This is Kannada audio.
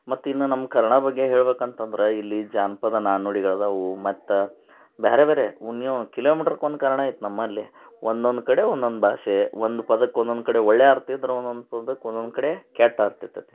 ಮತ್ತು ಇನ್ನು ನಮ್ಮ ಕನ್ನಡ ಬಗ್ಗೆ ಹೇಳಬೇಕಂತಂದ್ರೆ ಇಲ್ಲಿ ಜಾನಪದ ನಾಣ್ಣುಡಿಗಳು ಇದಾವೆ ಮತ್ತು ಬೇರೆ ಬೇರೆ ವು ನೀವು ಕಿಲೋಮೀಟ್ರಕ್ಕೆ ಒಂದು ಕನ್ನಡ ಇತ್ತು ನಮ್ಮಲ್ಲಿ ಒಂದೊಂದು ಕಡೆ ಒಂದೊಂದು ಭಾಷೆ ಒಂದು ಪದಕ್ಕೆ ಒಂದೊಂದು ಕಡೆ ಒಳ್ಳೆಯ ಅರ್ಥ ಇದ್ರೆ ಒಂದೊಂದು ಪದಕ್ಕೆ ಒಂದೊಂದು ಕಡೆ ಕೆಟ್ಟ ಅರ್ಥ ಇರ್ತತಿ